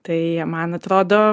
tai man atrodo